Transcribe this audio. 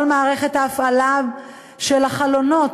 כל מערכת ההפעלה של "חלונות",